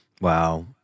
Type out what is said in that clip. wow